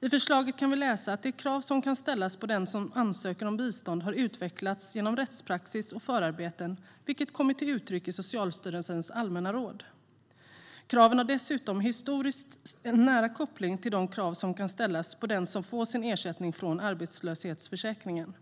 I förslaget kan vi läsa att de krav som kan ställas på den som ansöker om bistånd har utvecklats genom rättspraxis och förarbeten, vilket har kommit till uttryck i Socialstyrelsens allmänna råd. Kraven har dessutom historiskt en nära koppling till de krav som kan ställas på den som får sin ersättning från arbetslöshetsförsäkringen.